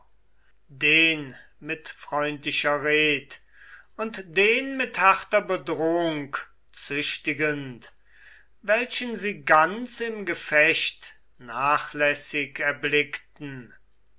den mit freundlicher red und den mit harter bedrohung züchtigend welchen sie ganz im gefecht nachlässig erblickten